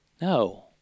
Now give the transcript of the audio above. No